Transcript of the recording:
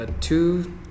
two